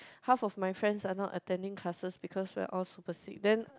half of my friends are not attending classes because we are all super sick then